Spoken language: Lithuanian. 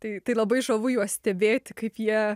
tai tai labai žavu juos stebėti kaip jie